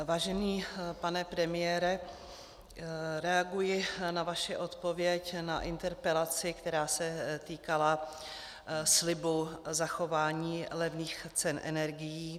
Vážený pane premiére, reaguji na vaši odpověď na interpelaci, která se týkala slibu zachování levných cen energií.